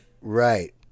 Right